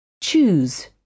Choose